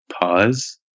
pause